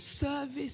service